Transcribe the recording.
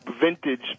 vintage